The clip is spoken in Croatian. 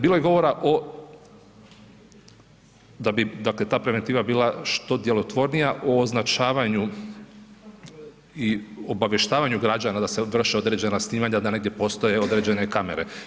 Bilo je govora o, da bi dakle ta preventiva bila što djelotvornija o označavanju i obavještavanju građana da se vrše određena snimanja, da negdje postoje određene kamere.